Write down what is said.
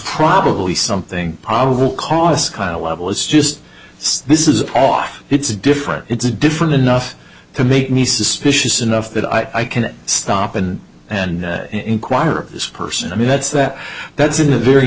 probably something probable cause kyle level it's just this is off it's different it's different enough to make me suspicious enough that i can stop and and inquire of this person i mean that's that that's in the very